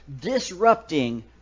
disrupting